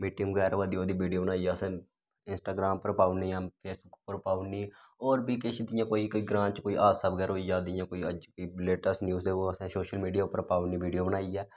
meeting बगैरा होऐ दी होऐ ओह्दी वीडियो बगैरा असें इंस्टाग्राम पर पाऊ उड़नी जां फेसबुक पर पाऊ उड़नी होर बी किश जियां कोई ग्रांऽ च कोई हादसा बगैरा होई जा जियां कोई अज्ज दी लेटैस्ट न्यूज होऐ ओह् असें सोशल मीडिया उप्पर पाऊ उड़नी वीडियो बनाइयै